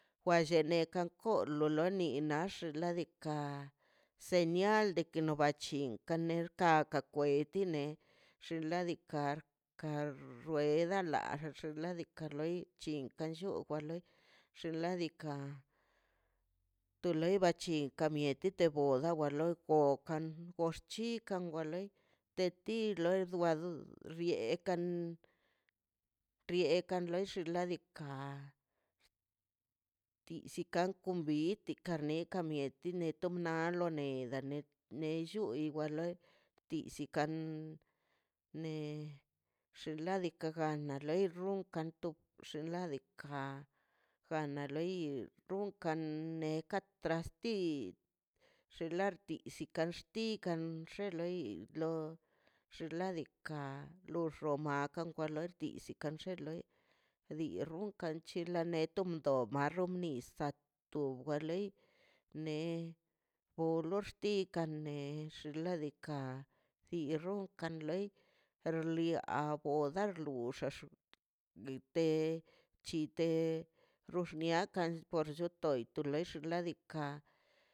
Te neka kolo de ninax xnaꞌ diikaꞌ señal de ke no ba chinka aka kweti ne xinladika ka rueda la a xinladika be chin kan lli wa loi xinladika to lei bachin ka mieti te boda wa lor lokan gor chikan kan ga loi te ti wa loi bad riekan priekan lox wa xinladika tisi kan conviti kamie kamie tom na lo neda nellu iwa loi tisi kan ne xinladika non na no loi runkan ladika jana loi runkan neka trasti xin ladik ti kaxti loi lo xinladika lo xomaka kwalisti xe kan xe loi dii runkan ka lle la netom bdo ka ne risan wgar loi por lo xtikan ne xnaꞌ diikaꞌ dii runkan li per a lio kan boda luxax guite chite lo xniakan pox choto we lei.